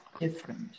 different